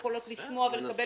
ציבור.